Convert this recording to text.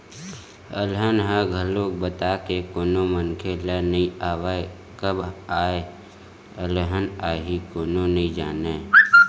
अलहन ह घलोक बता के कोनो मनखे ल नइ आवय, कब काय अलहन आही कोनो नइ जानय